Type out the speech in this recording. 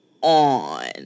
on